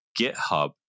GitHub